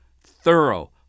thorough